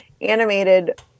animated